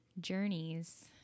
journeys